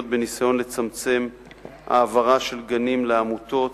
בניסיון לצמצם העברה של גנים לעמותות,